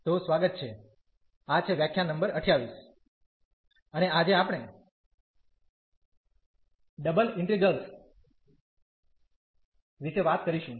તો સ્વાગત છે આ છે વ્યાખ્યાન નંબર 28 અને આજે આપણે ડબલ ઇન્ટિગ્રેલ્સ વિશે વાત કરીશું